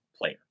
player